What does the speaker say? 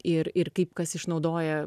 ir ir kaip kas išnaudoja